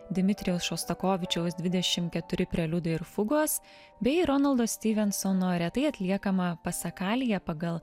dimitrijaus šostakovičiaus dvidešim keturi preliudai ir fugos bei ronaldo styvensono retai atliekama pasakalija pagal